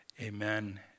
Amen